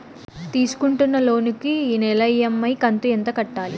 తీసుకుంటున్న లోను కు నెల ఇ.ఎం.ఐ కంతు ఎంత కట్టాలి?